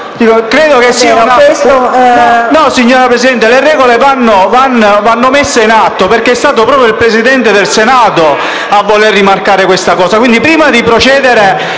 Signora Presidente, le regole vanno applicate perche´ e` stato proprio il Presidente del Senato a voler rimarcare questa cosa. Quindi, prima di procedere